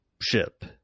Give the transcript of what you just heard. ship